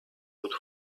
would